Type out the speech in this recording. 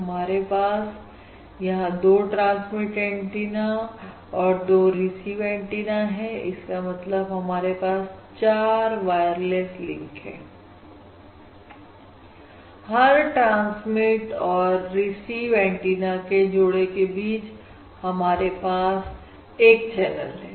हमारे पास यहां 2 ट्रांसमिट एंटीना और 2 रिसीव एंटीना है इसका मतलब हमारे पास 4 वायरलेस लिंक है हर ट्रांसमिट और रिसीव एंटीना के जोड़े के बीच हमारे पास एक चैनल है